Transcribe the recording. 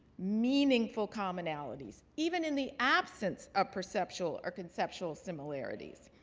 meaningful commonalities, even in the absence of perceptual or conceptual similarities.